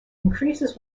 increases